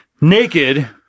naked